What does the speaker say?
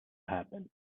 happen